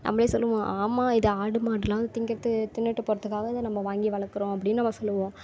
நம்மளே சொல்வோம் ஆமாம் இது ஆடு மாடுல்லாம் திங்கிறத்து தின்னுட்டு போகிறதுக்காக இதை நம்ம வாங்கி வளக்கிறோம் அப்படினு நம்ம சொல்வோம்